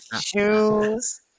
Shoes